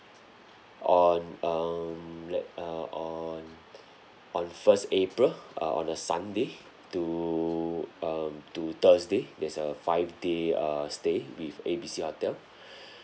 on um le~ uh on on first april uh on a sunday to um to thursday it's a five day err stay with A B C hotel